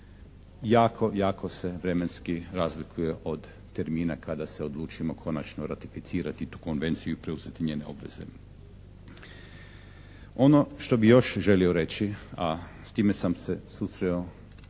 jako, jako se vremenski razlikuje od termina kada se odlučimo konačno ratificirati tu Konvenciju i preuzeti njene obveze. Ono što bih još želio reći, a s time sam se susreo